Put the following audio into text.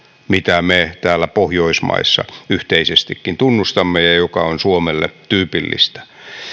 mitä me täällä pohjoismaissa yhteisestikin tunnustamme ja mikä on suomelle tyypillistä